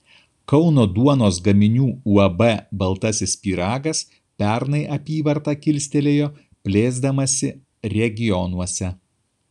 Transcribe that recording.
kauno duonos gaminių uab baltasis pyragas pernai apyvartą kilstelėjo plėsdamasi regionuose